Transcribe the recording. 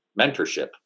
mentorship